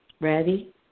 Ready